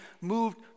moved